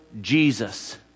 Jesus